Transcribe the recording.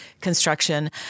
construction